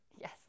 Yes